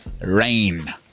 Rain